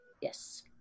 Yes